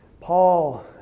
Paul